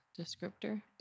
descriptor